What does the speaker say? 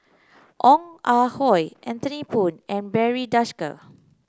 Ong Ah Hoi Anthony Poon and Barry Desker